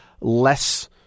less